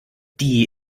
die